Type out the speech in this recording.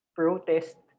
protest